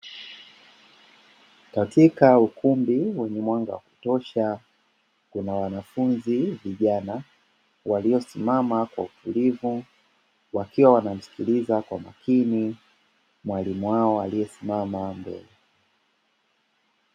Katika ukumbi wenye mwanga wa kutosha kuna wanafunzi vijana waliosimama kwa utulivu wakiwa wanamsikiliza kwa umakini mwalimu wao aliyesimama mbele.